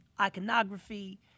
iconography